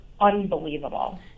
unbelievable